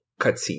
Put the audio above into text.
cutscene